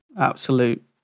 Absolute